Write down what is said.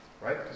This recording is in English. right